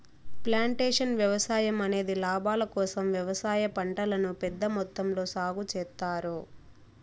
plantation వ్యవసాయం అనేది లాభాల కోసం వ్యవసాయ పంటలను పెద్ద మొత్తంలో సాగు చేత్తారు